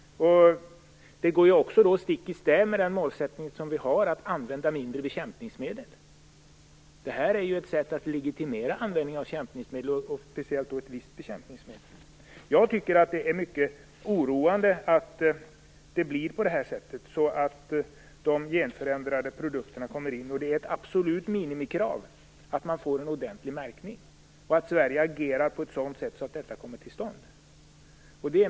Det går också stick i stäv med den målsättning som vi har att använda mindre bekämpningsmedel. Det här är ett sätt att legitimera användning av bekämpningsmedel, och speciellt ett visst bekämpningsmedel. Jag tycker att det är mycket oroande att det blir så att de genförändrade produkterna kommer in. Det är ett absolut minimikrav att det skall göras en ordentlig märkning och att Sverige agerar på ett sådant sätt att detta kommer till stånd.